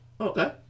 Okay